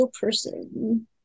person